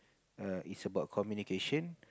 err is about communication